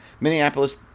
Minneapolis